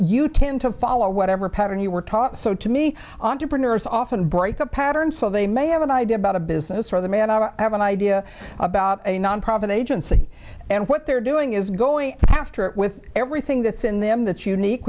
you tend to follow whatever pattern you were taught so to me entrepreneurs often break the pattern so they may have an idea about a business or the man i have an idea about a nonprofit agency and what they're doing is going after it with everything that's in them that unique